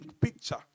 picture